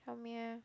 help me eh